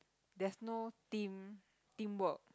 there's no team teamwork